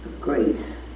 Grace